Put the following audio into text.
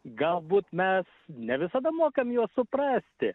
galbūt mes ne visada mokam juos suprasti